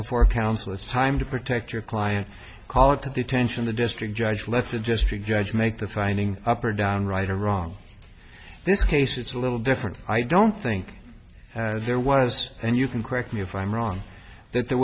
before counsel it's time to protect your client called to the attention the district judge let the district judge make the finding up or down right or wrong this case it's a little different i don't think there was and you can correct me if i'm wrong that there